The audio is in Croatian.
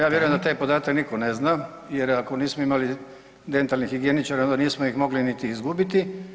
Ja vjerujem da taj podatak nitko ne zna jer ako nismo imali dentalnih higijeničara onda nismo ih mogli niti izgubiti.